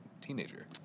teenager